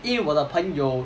因为我的朋友